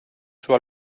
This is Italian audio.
suo